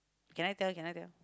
can I tell can I tell